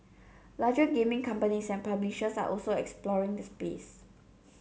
larger gaming companies and publishers are also exploring the space